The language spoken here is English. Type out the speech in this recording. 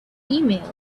emails